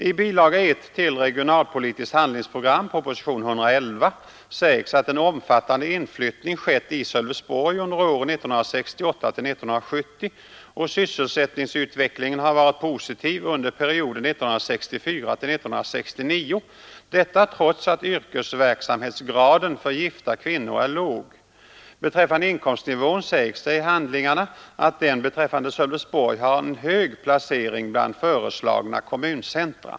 I bilaga 1 till Regionalpolitiskt handlingsprogram, proposition 111, sägs att en omfattande inflyttning skett i Sölvesborg under åren 1968-1970 och att sysselsättningsutvecklingen har varit positiv under perioden 1964—1969, detta trots att yrkesverksamhetsgraden för gifta s det i handlingarna att den kvinnor är låg. Beträffande inkomstnivån för Sölvesborg har en hög placering bland föreslagna kommuncentra.